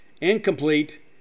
incomplete